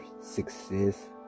success